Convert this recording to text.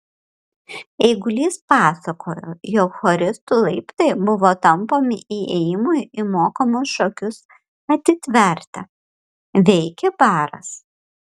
eigulys pasakojo jog choristų laiptai buvo tampomi įėjimui į mokamus šokius atitverti veikė baras